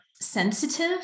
sensitive